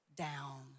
down